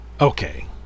Okay